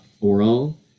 oral